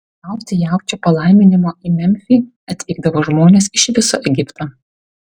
gauti jaučio palaiminimo į memfį atvykdavo žmonės iš viso egipto